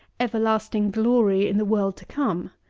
everlasting glory in the world to come?